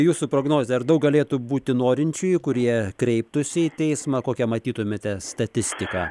jūsų prognozė ar daug galėtų būti norinčiųjų kurie kreiptųsi į teismą kokią matytumėte statistiką